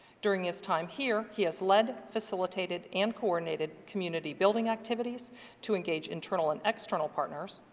during his time here, he has led, facilitated and coordinated community building activities to engage internal and external partners,